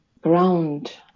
ground